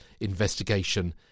investigation